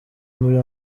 muri